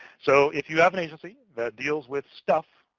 so if you have an agency that deals with stuff,